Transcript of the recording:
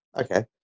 Okay